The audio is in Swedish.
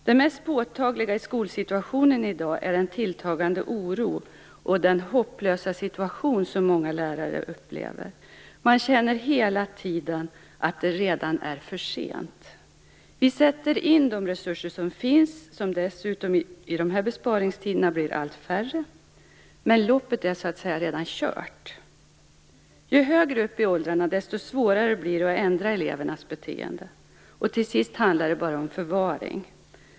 Det mest påtagliga i skolsituationen i dag är den tilltagande oro och den hopplösa situation som många lärare upplever. Man känner hela tiden att det redan är för sent. Vi sätter in de resurser som finns, och som dessutom i dessa besparingstider blir allt färre, när loppet redan är kört. Ju högre upp de kommer i åldrarna, desto svårare blir det att ändra elevernas beteende, och till sist handlar det bara om förvaring.